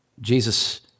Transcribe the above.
Jesus